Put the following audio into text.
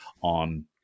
on